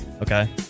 Okay